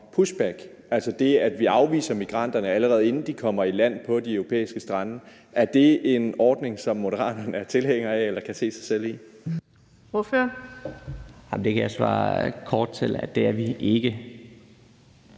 pushback, altså det, at vi afviser migranterne, allerede inden de kommer i land på de europæiske strande. Er det en ordning, som Moderaterne er tilhænger af eller kan se sig selv i? Kl. 15:48 Den fg. formand (Birgitte